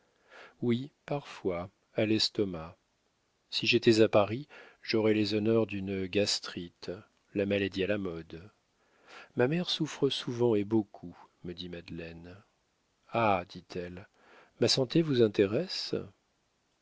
oui parfois à l'estomac si j'étais à paris j'aurais les honneurs d'une gastrite la maladie à la mode ma mère souffre souvent et beaucoup me dit madeleine ah dit-elle ma santé vous intéresse